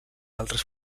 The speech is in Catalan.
altres